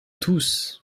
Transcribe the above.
tous